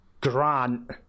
Grant